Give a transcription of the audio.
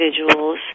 individuals